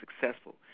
successful